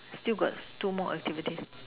still got two more activities